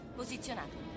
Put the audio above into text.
posizionato